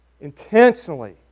intentionally